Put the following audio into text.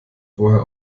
vorher